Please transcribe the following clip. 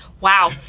Wow